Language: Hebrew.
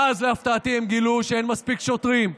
ואז, להפתעתי, הם גילו שאין מספיק שוטרים.